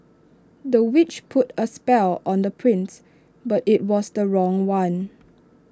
the witch put A spell on the prince but IT was the wrong one